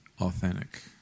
authentic